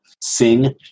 sing